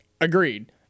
Agreed